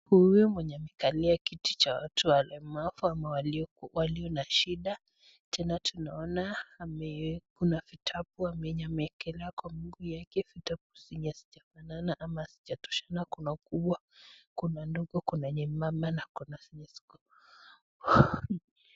Huyu mwenye amekalia kiti cha watu walemavu ama walio na shida. Tena tunaona ame kuna vitabu yenye amewekelea kwa miguu yake. Vitabu zenye hazijafanana ama hazijatoshana kuna mkubwa, kuna ndogo, kuna nyembamba na kuna zenye ziko.